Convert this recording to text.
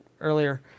earlier